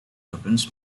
opens